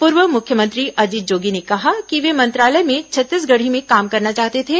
पूर्व मुख्यमंत्री अजीत जोगी ने कहा कि वे मंत्रालय में छत्तीसगढ़ी में काम करना चाहते थे